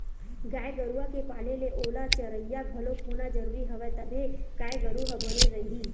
गाय गरुवा के पाले ले ओला चरइया घलोक होना जरुरी हवय तभे गाय गरु ह बने रइही